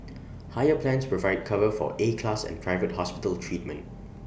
higher plans provide cover for A class and private hospital treatment